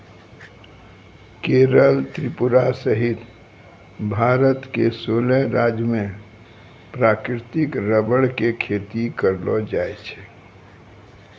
केरल त्रिपुरा सहित भारत के सोलह राज्य मॅ प्राकृतिक रबर के खेती करलो जाय छै